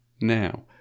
now